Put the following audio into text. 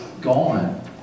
gone